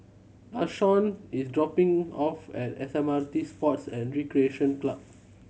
Lashawn is dropping off at S M R T Sports and Recreation Club